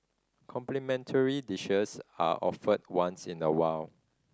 complimentary dishes are offered once in a while